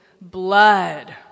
blood